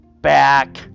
back